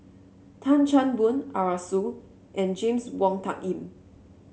Tan Chan Boon Arasu and James Wong Tuck Yim